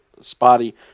spotty